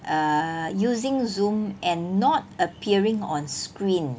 err using Zoom and not appearing on screen